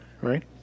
Right